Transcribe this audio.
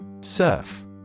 Surf